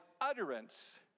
utterance